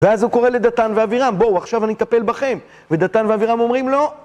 ואז הוא קורא לדתן ואבירם, בואו, עכשיו אני אטפל בכם, ודתן ואבירם אומרים לו